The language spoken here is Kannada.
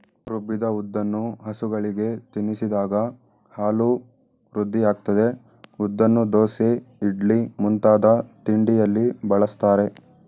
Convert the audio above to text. ರುಬ್ಬಿದ ಉದ್ದನ್ನು ಹಸುಗಳಿಗೆ ತಿನ್ನಿಸಿದಾಗ ಹಾಲು ವೃದ್ಧಿಯಾಗ್ತದೆ ಉದ್ದನ್ನು ದೋಸೆ ಇಡ್ಲಿ ಮುಂತಾದ ತಿಂಡಿಯಲ್ಲಿ ಬಳಸ್ತಾರೆ